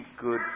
good